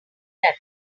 that